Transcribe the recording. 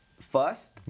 first